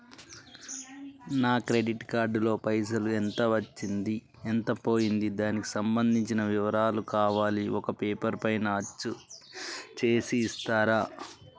నా credit card లో పైసలు ఎంత వచ్చింది ఎంత పోయింది దానికి సంబంధించిన వివరాలు కావాలి ఒక పేపర్ పైన అచ్చు చేసి ఇస్తరా?